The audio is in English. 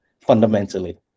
fundamentally